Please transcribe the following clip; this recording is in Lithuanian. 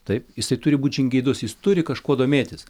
taip jisai turi būt žingeidus jis turi kažkuo domėtis